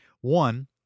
One